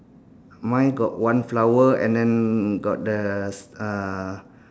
mine got one flower and then got the uh